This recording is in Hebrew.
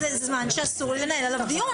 זה זמן שאסור לנהל עליו דיון.